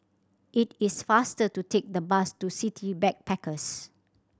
it is faster to take the bus to City Backpackers